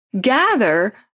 gather